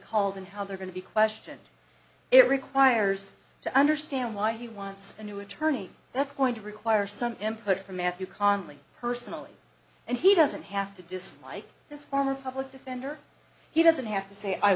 called and how they're going to be questioned it requires to understand why he wants a new attorney that's going to require some input from matthew conley personally and he doesn't have to dislike this former public defender he doesn't have to say i